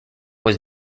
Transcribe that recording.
was